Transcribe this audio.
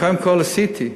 קודם כול, עשיתי.